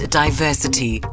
diversity